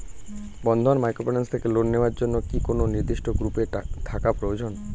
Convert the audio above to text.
বন্ধন microfinance থেকে loan নেওয়ার জন্য কি কোন নির্দিষ্ট গ্রুপে থাকা প্রয়োজন?